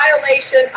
violation